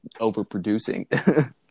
overproducing